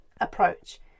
approach